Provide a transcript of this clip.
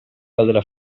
caldrà